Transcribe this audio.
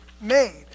made